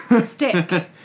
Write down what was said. stick